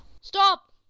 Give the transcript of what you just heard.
Stop